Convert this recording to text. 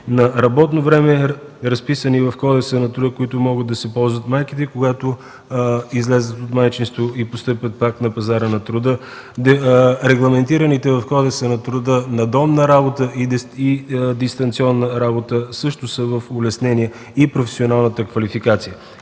на работно време, разписани в Кодекса на труда, от които могат да се ползват от майките, когато излязат от майчинство и постъпят пак на пазара на труда, регламентираните в Кодекса на труда надомна и дистанционна работа също са в улеснение на професионалната квалификация.